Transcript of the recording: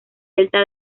delta